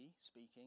speaking